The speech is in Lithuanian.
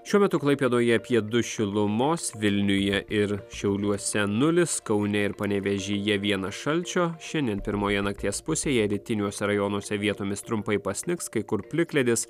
šiuo metu klaipėdoje apie du šilumos vilniuje ir šiauliuose nulis kaune ir panevėžyje vienas šalčio šiandien pirmoje nakties pusėje rytiniuose rajonuose vietomis trumpai pasnigs kai kur plikledis